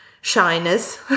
shyness